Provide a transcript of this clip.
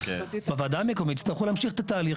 בוועדה המקומית יצטרכו להמשיך את התהליך,